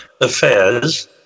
affairs